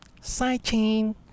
sidechain